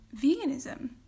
veganism